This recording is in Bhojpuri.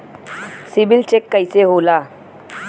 सिबिल चेक कइसे होला?